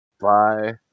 bye